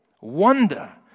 wonder